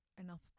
enough